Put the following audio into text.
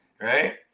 right